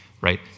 right